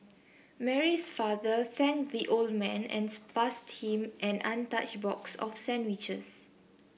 Mary's father thanked the old man and passed him an untouched box of sandwiches